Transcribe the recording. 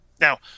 Now